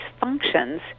functions